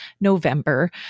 November